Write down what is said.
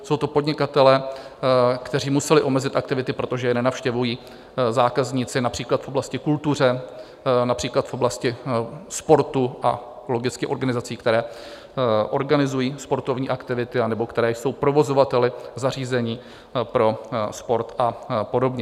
Jsou to podnikatelé, kteří museli omezit aktivity, protože je nenavštěvují zákazníci, například v oblasti kultury, například v oblasti sportu a logicky organizací, které organizují sportovní aktivity nebo kteří jsou provozovateli zařízení pro sport a podobně.